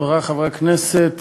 חברי חברי הכנסת,